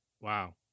Wow